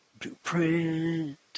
blueprint